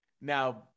Now